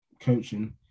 coaching